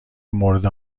مورد